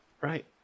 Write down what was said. Right